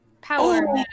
Power